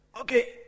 okay